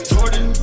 Jordan